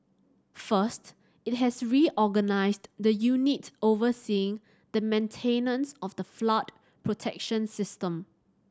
first it has reorganised the unit overseeing the maintenance of the flood protection system